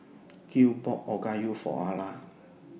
Gil bought Okayu For Ara